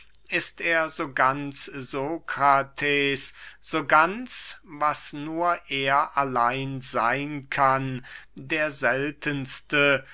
ist er so ganz sokrates so ganz was nur er allein seyn kann der seltenste